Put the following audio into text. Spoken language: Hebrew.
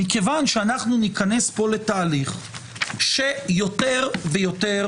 מכיוון שאנחנו ניכנס פה לתהליך שיותר ויותר